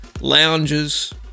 Lounges